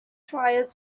tried